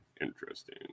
Interesting